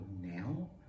now